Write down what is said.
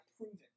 proven